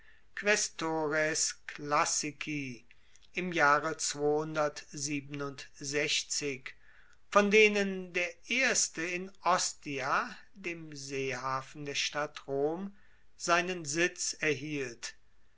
im jahre von denen der erste in ostia dem seehafen der stadt rom seinen sitz erhielt